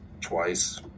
twice